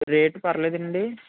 rate పర్వాలేదండి